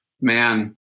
man